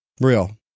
Real